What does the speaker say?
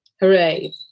Hooray